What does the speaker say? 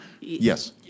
Yes